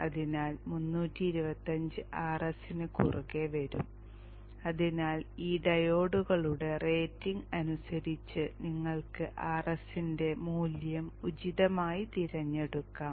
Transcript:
അതിനാൽ 325 Rs ന് കുറുകെ വരും അതിനാൽ ഈ ഡയോഡുകളുടെ റേറ്റിംഗ് അനുസരിച്ച് നിങ്ങൾക്ക് Rs ന്റെ മൂല്യം ഉചിതമായി തിരഞ്ഞെടുക്കാം